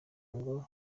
ngo